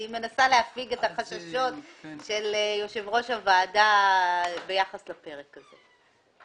אני מנסה להפיג את החששות של יושב ראש הוועדה ביחס לפרק הזה.